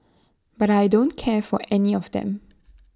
but I don't care for any of them